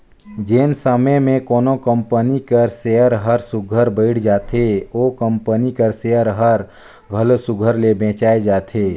जेन समे में कोनो कंपनी कर सेयर हर सुग्घर बइढ़ रहथे ओ कंपनी कर सेयर हर घलो सुघर ले बेंचाए जाथे